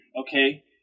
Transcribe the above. okay